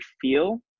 feel